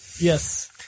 Yes